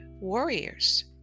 warriors